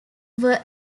were